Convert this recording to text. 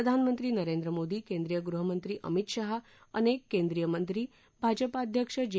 प्रधानमंत्री नरेंद्र मोदी केंद्रीय गृहमंत्री अमित शहा अनेक केंद्रीय मंत्री भाजप अध्यक्ष जे